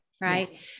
Right